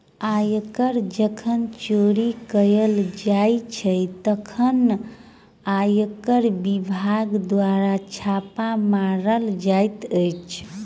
आयकर जखन चोरी कयल जाइत छै, तखन आयकर विभाग द्वारा छापा मारल जाइत अछि